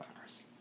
hours